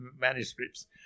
manuscripts